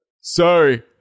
Sorry